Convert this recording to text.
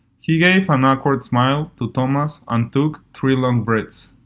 he gave an awkward smile to thomas and took three long breaths.